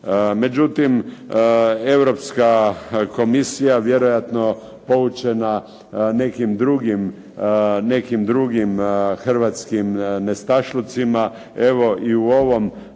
Međutim, Europska komisija vjerojatno poučena nekim drugim hrvatskim nestašlucima, evo i u ovom